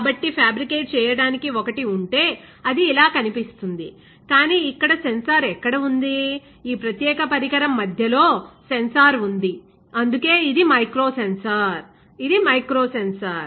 కాబట్టి ఫ్యాబ్రికేట్ చేయటానికి ఒకటి ఉంటే అది ఇలా కనిపిస్తుంది కానీ ఇక్కడ సెన్సార్ ఎక్కడ ఉంది ఈ ప్రత్యేక పరికరం మధ్యలో సెన్సార్ ఉంది అందుకే ఇది మైక్రో సెన్సార్ ఇది మైక్రో సెన్సార్